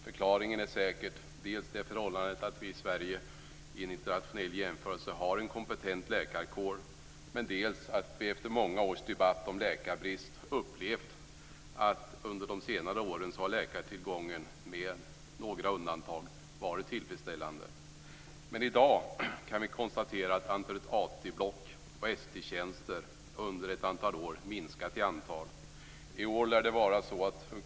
Förklaringen är säkert dels det förhållande att vi i Sverige i en internationell jämförelse har en kompetent läkarkår, dels att vi efter många års debatt om läkarbrist upplevt att läkartillgången med några undantag varit tillfredsställande under de senare åren. I dag kan vi konstatera att antalet AT-block och ST-tjänster minskat under några år.